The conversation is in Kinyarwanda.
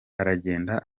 aragenda